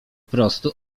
prostu